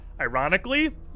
ironically